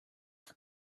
what